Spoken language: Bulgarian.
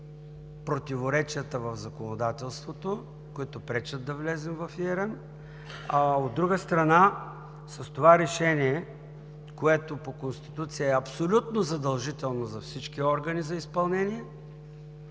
противоречията в законодателството, които пречат да влезем в ERM, а, от друга страна, с това решение, което по Конституция е абсолютно задължително за изпълнение